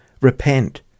Repent